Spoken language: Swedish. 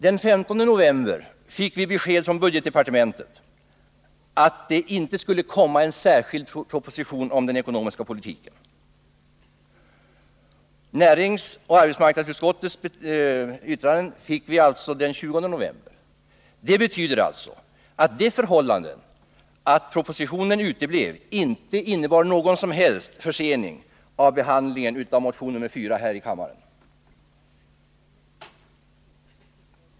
Den 15 november fick vi besked från budgetdepartementet att det inte skulle komma en särskild proposition om den ekonomiska politiken. Näringsoch arbetsmarknadsutskottens yttranden fick vi alltså den 20 november. Det betyder att det förhållandet att propositionen uteblev inte innebar någon som helst försening av behandlingen här i kammaren av motion nr 4.